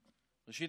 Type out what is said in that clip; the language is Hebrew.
ראשית,